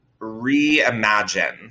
reimagine